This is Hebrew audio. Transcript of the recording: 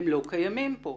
הם לא קיימים כאן.